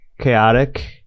chaotic